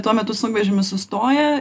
tuo metu sunkvežimis sustoja